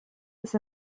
dass